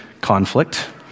conflict